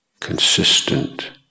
consistent